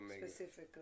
Specifically